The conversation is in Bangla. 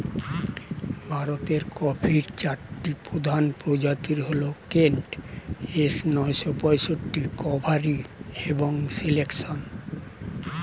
ভারতের কফির চারটি প্রধান প্রজাতি হল কেন্ট, এস নয়শো পঁয়ষট্টি, কাভেরি এবং সিলেকশন